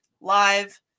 Live